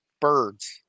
birds